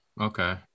okay